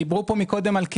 דיברו על קניה.